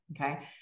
Okay